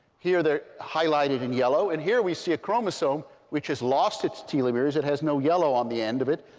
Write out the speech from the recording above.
here, they're highlighted in yellow. and here we see a chromosome which has lost its telomeres. it has no yellow on the end of it.